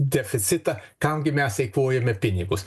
deficitą kam gi mes eikvojame pinigus